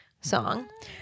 song